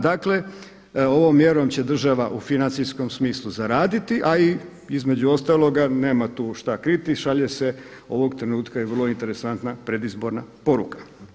Dakle ovom mjeru će država u financijskom smislu zaraditi, a između ostaloga nema tu šta kriti, šalje se ovog trenutka i vrlo interesantna predizborna poruka.